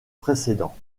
précédents